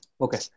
Okay